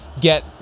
get –